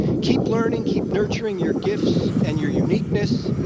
keep learning, keep nurturing your gifts and your uniqueness.